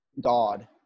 god